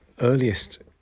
earliest